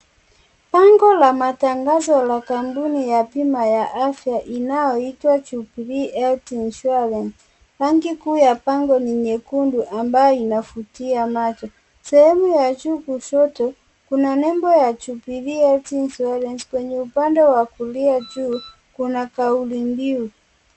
Bango la matangazo la kampuni ya bima ya afya inayoitwa Jubilee Health Insurance, rangi kuu ya bango ni nyekundu ambayo inavutia macho, sehemu ya juu kushoto kuna nembo ya Jubilee Health Insurance, kwenye upande wa kulia juu kuna kauli mbiu.